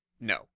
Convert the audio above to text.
no